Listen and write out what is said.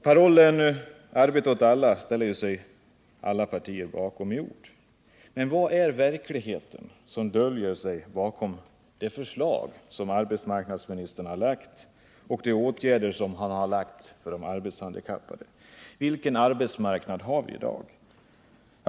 Parollen arbete åt alla ställer sig alla partier bakom i ord. Men hurdan är den verklighet där de åtgärder skall sättas in som arbetsmarknadsministern har föreslagit för de arbetshandikappade? Vilken arbetsmarknad har vi i dag?